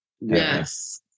Yes